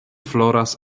floras